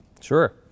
Sure